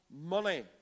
money